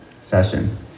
session